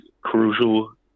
crucial